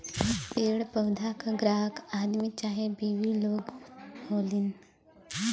पेड़ पउधा क ग्राहक आदमी चाहे बिवी लोग होलीन